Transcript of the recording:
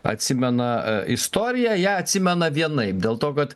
atsimena istoriją ją atsimena vienaip dėl to kad